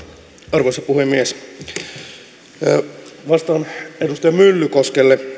arvoisa puhemies vastaan edustaja myllykoskelle